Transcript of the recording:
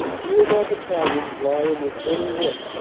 two of our battalions lie in this little wood.